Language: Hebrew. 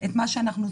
הסעיף הראשון,